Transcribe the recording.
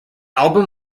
album